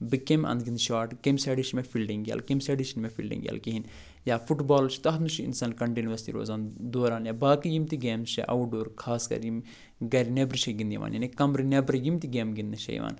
بہٕ کَمہِ اَنٛدٕ گِنٛدٕ شاٹ کَمہِ سایڈٕ چھِ مےٚ فیٖلڈِنٛگ یَلہٕ کَمہِ سایڈٕ چھِنہٕ مےٚ فیٖلڈِنٛگ یَلہٕ کِہیٖنۍ یا فُٹ بال چھِ تَتھ منٛز چھِ اِنسان کَنٹِنیوٗوَسلی روزان دوران یا باقٕے یِم تہِ گیمہٕ چھِ آوُٹ ڈور خاص کر یِم گَرِ نیٚبرٕ چھےٚ گِنٛدنہٕ یِوان یعنی کَمرٕ نٮ۪برٕ یِم تہِ گیمہٕ گِنٛدنہٕ چھےٚ یِوان